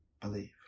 Believe